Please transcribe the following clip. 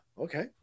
Okay